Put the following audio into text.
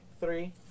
three